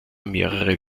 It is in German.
mehrere